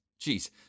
Jeez